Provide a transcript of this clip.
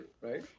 right